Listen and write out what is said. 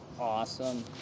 Awesome